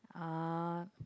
uh